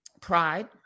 Pride